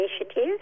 initiative